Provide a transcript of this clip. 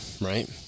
right